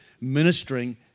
ministering